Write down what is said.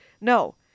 no